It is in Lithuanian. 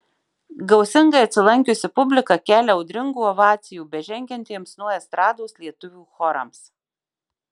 gausingai atsilankiusi publika kelia audringų ovacijų bežengiantiems nuo estrados lietuvių chorams